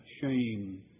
shame